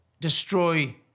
destroy